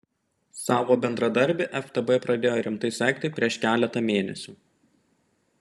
savo bendradarbį ftb pradėjo rimtai sekti prieš keletą mėnesių